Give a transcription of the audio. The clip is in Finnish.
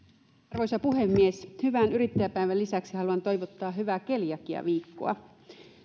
arvoisa puhemies hyvän yrittäjän päivän lisäksi haluan toivottaa hyvää keliakiaviikkoa